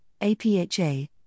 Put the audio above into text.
APHA